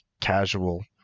casual